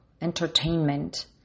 entertainment